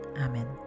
Amen